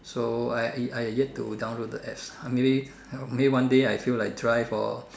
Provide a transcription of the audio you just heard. so I yet I yet to download the apps ah maybe maybe one day I feel like drive or